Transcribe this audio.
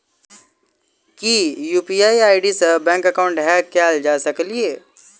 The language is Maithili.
की यु.पी.आई आई.डी सऽ बैंक एकाउंट हैक कैल जा सकलिये?